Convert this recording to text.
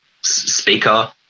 speaker